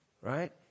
right